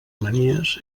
manies